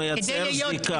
הוא מייצר זיקה לרשות אחרת.